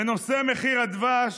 בנושא מחיר הדבש,